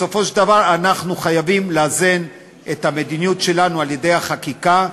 בסופו של דבר אנחנו חייבים לאזן את המדיניות שלנו על-ידי החקיקה.